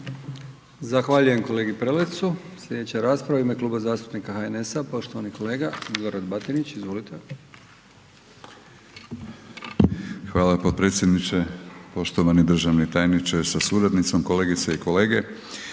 Zahvaljujem kolegi Prelecu. Sljedeća rasprava u ime Kluba zastupnika HNS-a poštovani kolega Milorad Batinić, izvolite. **Batinić, Milorad (HNS)** Hvala potpredsjedniče, poštovani državni tajniče sa suradnicom, kolegice i kolege.